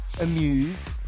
amused